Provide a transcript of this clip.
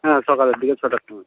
হ্যাঁ সকালের দিকে ছটার সময়